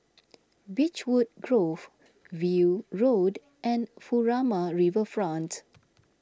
Beechwood Grove View Road and Furama Riverfront